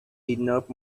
enough